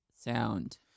sound